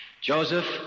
Joseph